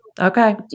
okay